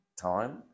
time